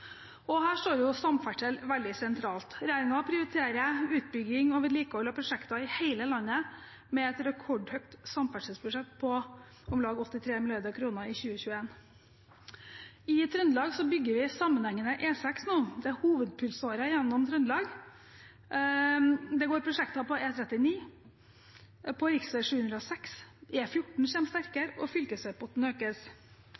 næringsliv. Her står samferdsel veldig sentralt. Regjeringen prioriterer utbygging og vedlikehold av prosjekter i hele landet med et rekordhøyt samferdselsbudsjett på om lag 83 mrd. kr i 2021. I Trøndelag bygger vi sammenhengende E6 nå – det er hovedpulsåren gjennom Trøndelag. Det pågår prosjekter på E39 og på rv. 706,